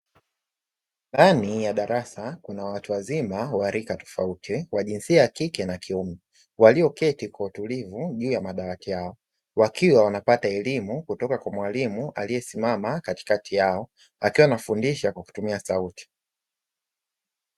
Ndani ya darasa kuna watu wazima wa rika tofauti wa jinsia ya kike na kiume, walioketi kwa utulivu juu ya madawati yao, wakiwa wanapata elimu kutoka kwa mwalimu aliyesimama katikati yao, akiwa anafundisha kwa kutumia sauti.